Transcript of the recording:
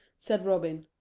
said robin.